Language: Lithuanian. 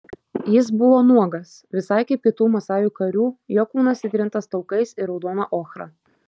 jis buvo nuogas visai kaip kitų masajų karių jo kūnas įtrintas taukais ir raudona ochra